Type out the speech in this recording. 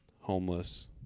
homeless